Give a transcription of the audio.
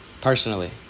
personally